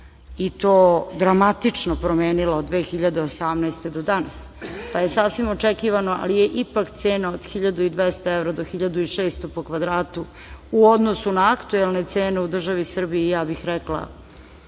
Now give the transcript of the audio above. i to dramatično, promenila od 2018. godine do danas, pa je sasvim očekivano, ali je ipak cena od 1.200 do 1.600 evra po kvadratu u odnosu na aktuelne cene u državi Srbiji, ja bih rekla,